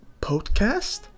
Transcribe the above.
podcast